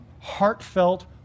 heartfelt